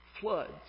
floods